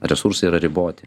resursai yra riboti